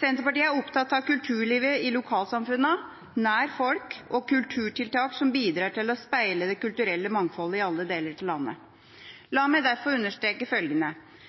Senterpartiet er opptatt av kulturlivet i lokalsamfunnene, nær folk, og kulturtiltak som bidrar til å speile det kulturelle mangfoldet i alle deler av landet. La meg derfor understreke følgende: